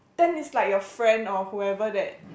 then is like your friend or whoever that